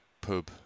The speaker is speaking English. pub